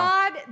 God